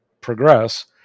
progress